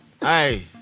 hey